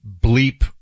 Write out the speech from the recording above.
bleep